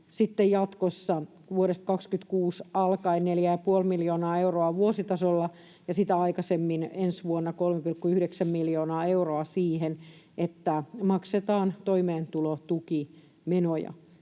jatkossa vuodesta 26 alkaen neljä ja puoli miljoonaa euroa vuositasolla ja sitä aikaisemmin, ensi vuonna, 3,9 miljoonaa euroa siihen, että maksetaan toimeentulotukimenoja,